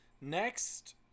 next